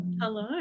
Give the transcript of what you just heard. Hello